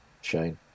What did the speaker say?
Shane